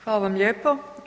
Hvala vam lijepo.